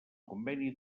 conveni